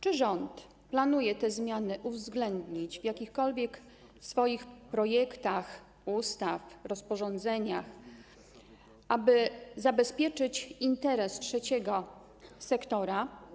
Czy rząd planuje uwzględnić te zmiany w jakichkolwiek swoich projektach ustaw, rozporządzeniach, aby zabezpieczyć interes trzeciego sektora?